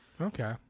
Okay